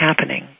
happening